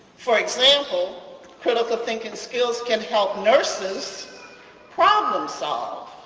for example critical thinking skills can help nurses problem-solve,